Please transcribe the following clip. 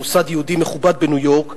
מוסד יהודי מכובד בניו-יורק,